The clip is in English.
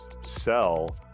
sell